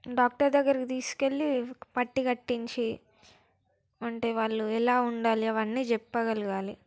doctor దగ్గరికి తీసుకువెళ్ళి పట్టీ కట్టించి అంటే వాళ్ళు ఎలా ఉండాలి అవన్నీ చెప్పగలగాలి